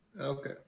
Okay